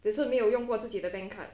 只是没有用过自己的 bank card